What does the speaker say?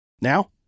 Now